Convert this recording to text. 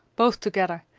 both together,